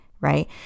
right